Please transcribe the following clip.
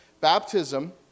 Baptism